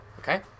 Okay